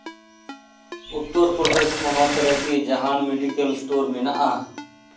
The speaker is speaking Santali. ᱩᱛᱛᱚᱨ ᱯᱨᱚᱫᱮᱥ ᱯᱚᱱᱚᱛ ᱨᱮᱠᱤ ᱡᱟᱦᱟᱱ ᱢᱮᱰᱤᱠᱮᱞ ᱥᱴᱳᱨ ᱢᱮᱱᱟᱜᱼᱟ